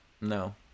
No